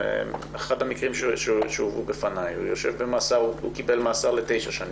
באחד המקרים שהובאו בפניי הוא קיבל מאסר ל-9 שנים,